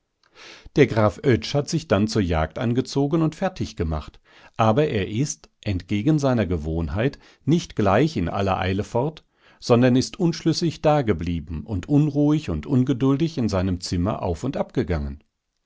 der graf oetsch hat sich dann zur jagd angezogen und fertig gemacht aber er ist entgegen seiner gewohnheit nicht gleich in aller eile fort sondern ist unschlüssig dageblieben und unruhig und ungeduldig in seinem zimmer auf und